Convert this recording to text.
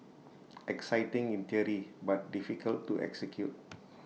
exciting in theory but difficult to execute